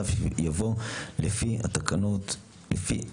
יבוא 80. מי בעד?